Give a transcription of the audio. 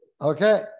Okay